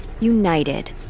united